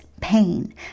pain